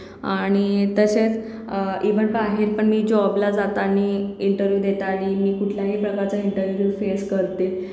आणि तसेच इव्हण बाहेरपण मी जॉबला जातानी इंटरव्ह्यू देतानी आणि कुठल्याही प्रकारचा इंटरव्ह्यू मी फेस करते